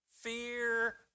fear